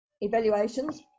evaluations